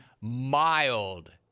mild